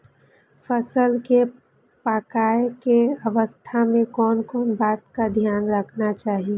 फसल के पाकैय के अवस्था में कोन कोन बात के ध्यान रखना चाही?